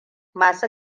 masu